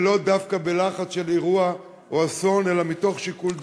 ולא דווקא בלחץ של אירוע או אסון אלא מתוך שיקול דעת,